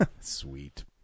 Sweet